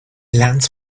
lens